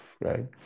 right